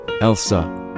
Elsa